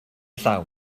llaw